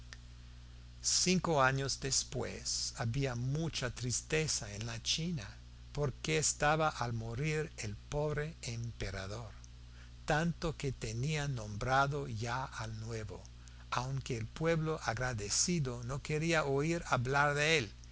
cinco años después había mucha tristeza en la china porque estaba al morir el pobre emperador tanto que tenían nombrado ya al nuevo aunque el pueblo agradecido no quería oír hablar de él